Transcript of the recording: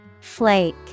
Flake